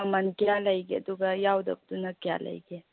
ꯃꯃꯜ ꯀꯌꯥ ꯂꯩꯒꯦ ꯑꯗꯨꯒ ꯌꯥꯎꯗꯕꯗꯨꯅ ꯀꯌꯥ ꯂꯩꯒꯦ